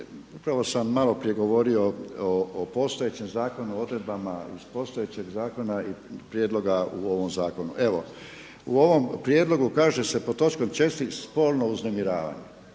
upravo sam malo prije govorio o postojećem zakonu o odredbama postojećeg zakona i prijedloga u ovom zakonu. Evo u ovom prijedlogu kaže se pod točkom 4. spolno uznemiravanje,